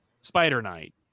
Spider-Knight